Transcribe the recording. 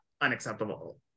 unacceptable